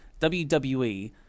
WWE